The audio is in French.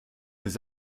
des